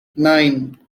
nine